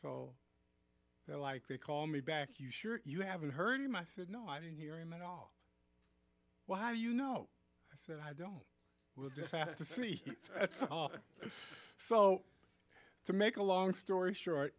so they're like they call me back you sure you haven't heard him i said no i didn't hear him at all well how do you know i said i don't know we'll just have to see so to make a long story short